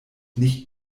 nicht